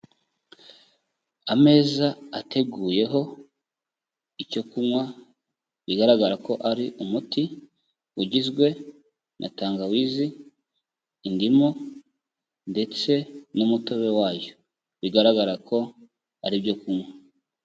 Ameza ateguyeho icyo kunywa bigaragara ko ari umuti ugizwe na tangawizi, indimu ndetse n'umutobe wayo, bigaragara ko ari ibyo kunywa.